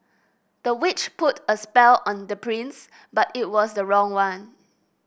the witch put a spell on the prince but it was the wrong one